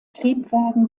triebwagen